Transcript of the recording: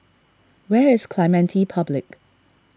where is Clementi Public